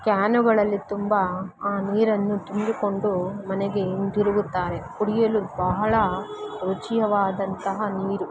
ಕ್ಯಾನುಗಳಲ್ಲಿ ತುಂಬ ಆ ನೀರನ್ನು ತುಂಬಿಕೊಂಡು ಮನೆಗೆ ಹಿಂದಿರುಗುತ್ತಾರೆ ಕುಡಿಯಲು ಬಹಳ ರುಚಿಯವಾದಂತಹ ನೀರು